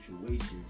situations